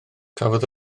cafodd